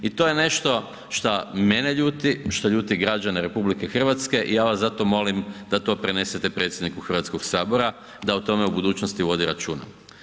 I to nešto šta mene ljuti, šta ljuti građane RH i ja vas zato molim da to prenesete predsjedniku Hrvatskog sabora da o tome u budućnosti vodi računa.